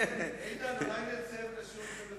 איתן, אולי נצא ונשאיר אתכם לבד?